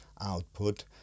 output